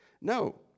No